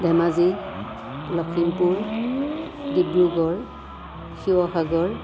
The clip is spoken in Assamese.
ধেমাজি লক্ষীমপুৰ ডিব্ৰুগড় শিৱসাগৰ